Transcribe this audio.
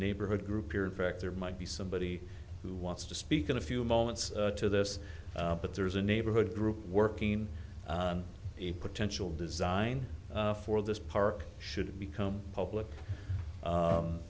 neighborhood group here in fact there might be somebody who wants to speak in a few moments to this but there's a neighborhood group working on a potential design for this park should become public